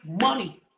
money